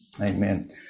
Amen